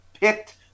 picked